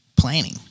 planning